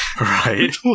Right